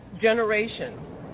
generation